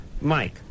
Mike